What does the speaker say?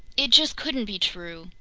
it just couldn't be true!